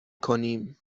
کنیم